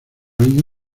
año